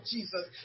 Jesus